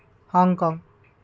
Hong Kong